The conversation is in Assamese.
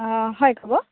অঁ হয় ক'ব